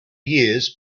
years